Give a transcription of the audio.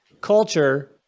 culture